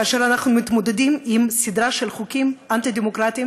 כאשר אנחנו מתמודדים עם סדרה של חוקים אנטי-דמוקרטיים,